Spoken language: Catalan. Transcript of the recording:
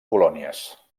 colònies